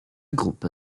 groupe